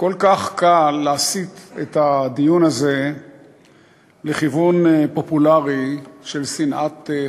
כל כך קל להסיט את הדיון הזה לכיוון פופולרי של שנאת חרדים,